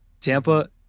Tampa